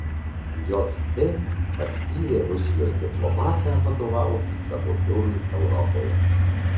jt paskyrė rusijos diplomatę vadovauti savo biurui europoje